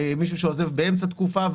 אם מישהו עוזב באמצע תקופה.